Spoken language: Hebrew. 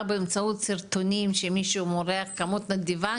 באמצעות סרטונים שמישהו מורח כמות נדיבה,